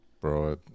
Bro